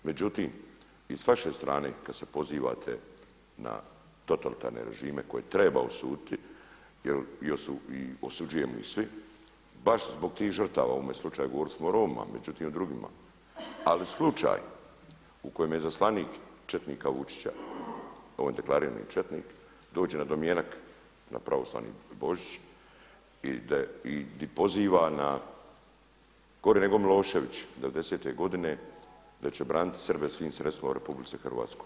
Međutim, i s vaše strane kada se pozivate na totalitarne režime koje treba osuditi jer i osuđujemo ih svi, baš zbog tih žrtava, u ovome slučaju govorili smo o Romima međutim i o drugima, ali slučaj u kojem izaslanik četnika Vučića, on je deklarirani četnik dođe na domjenak na Pravoslavni Božić i gdje poziva na, gore nego Milošević 90.-te godine da će braniti Srbe svim sredstvima u RH.